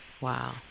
Wow